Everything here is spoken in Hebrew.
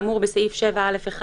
כאמור בסעיף 7(א)(1),